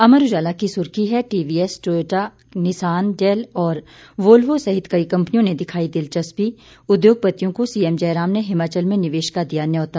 अमर उजाला की सुर्खी है टीवीएस टोयोटा निसान डेल और वोल्वो सहित कई कंपनियों ने दिखाई दिलचस्पी उद्योगपतियों को सीएम जयराम ने हिमाचल में निवेश का दिया न्यौता